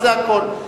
זה הכול.